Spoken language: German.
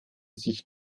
sich